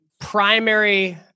primary